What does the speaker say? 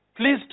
Please